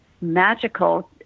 magical